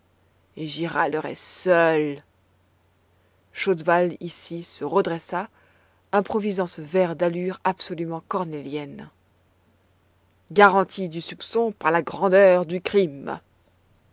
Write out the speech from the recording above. et j'y râlerai seul chaudval ici se redressa improvisant ce vers d'allure absolument cornélienne garanti du soupçon par la grandeur du crime